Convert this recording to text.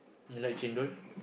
you like chendol